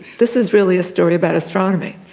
this is really a story about astronomy.